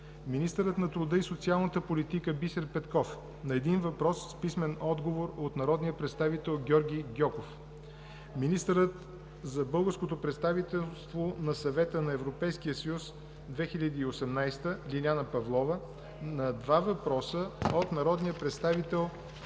министърът на труда и социалната политика Бисер Петков – на един въпрос с писмен отговор от народния представител Георги Гьоков; – министърът за българското председателство на Съвета на Европейския съюз 2018 Лиляна Павлова – на два въпроса от народния представител